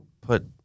put